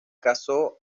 casó